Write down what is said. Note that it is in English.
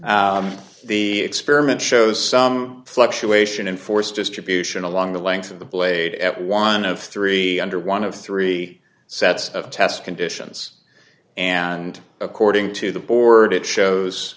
do the experiment shows some fluctuation in force distribution along the length of the blade at one of three under one of three sets of test conditions and according to the board it shows